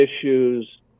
issues